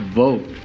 vote